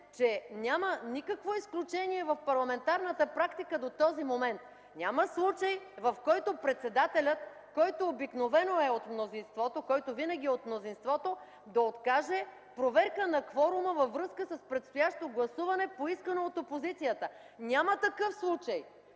че няма никакво изключение в парламентарната практика до този момент. Няма случай, в който председателят, който винаги е от мнозинството, да откаже проверка на кворума във връзка с предстоящо гласуване по искане от опозицията! Няма такъв случай!